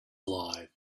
alive